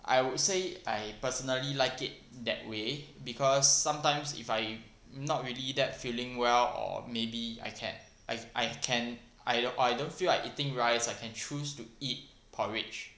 I would say I personally like it that way because sometimes if I not really that feeling well or maybe I can I I can I or I don't feel like eating rice I can choose to eat porridge